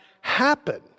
happen